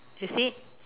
you see it